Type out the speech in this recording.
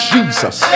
Jesus